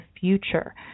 future